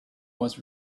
was